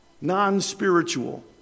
Non-spiritual